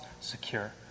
secure